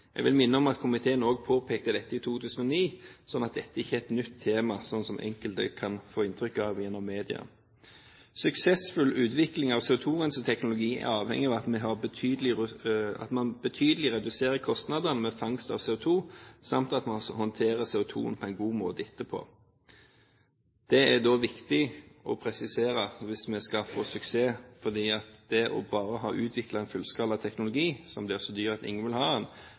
Jeg vil minne om at komiteen også påpekte dette i 2009. Så dette er ikke et nytt tema, sånn som man kan få inntrykk av gjennom media. Suksessfull utvikling av CO2-renseteknologi er avhengig av at man reduserer kostnadene betydelig ved fangst av CO2 samt at man også håndterer CO2-en på en god måte etterpå. Dette er det viktig å presisere hvis vi skal få suksess, for det bare å ha utviklet fullskala teknologi som blir så dyr at ingen vil ha den, har ikke gitt det gjennombruddet en